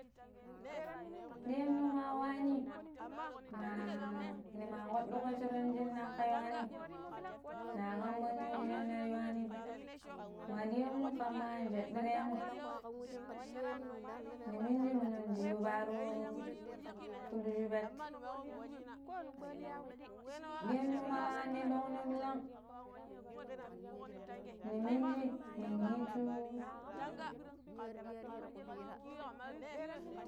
Diyan no maa waani nima nima kpadiko shuran shinan ako yuani na kam mandi we shin nara yuwanim, ma diyonmu kama anjedireno ni minji minu ndi yiiyo paaro pidi shuupet deyanno ma ni doƙno ɓiran ni mijin nin kitu.